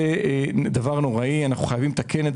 זה דבר נוראי שאנחנו חייבים לתקן,